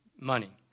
money